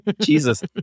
Jesus